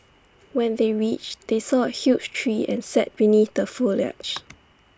when they reached they saw A huge tree and sat beneath the foliage